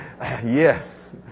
Yes